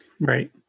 Right